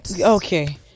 okay